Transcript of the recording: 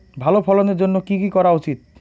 ভালো ফলনের জন্য কি কি করা উচিৎ?